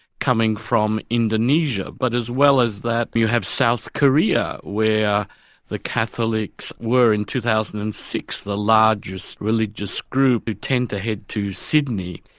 coming from indonesia, but as well as that you have south korea, where the catholics were in two thousand and six the largest religious group who tend to head to sydney.